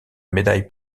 médaille